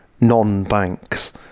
non-banks